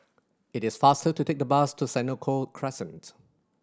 it is faster to take the bus to Senoko Crescent